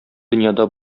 дөньяда